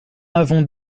avons